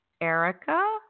erica